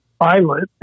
islet